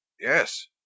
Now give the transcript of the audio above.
Yes